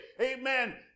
Amen